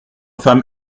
femme